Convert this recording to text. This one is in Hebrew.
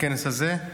הכנס הזה,